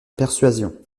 persuasion